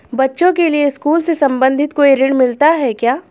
बच्चों के लिए स्कूल से संबंधित कोई ऋण मिलता है क्या?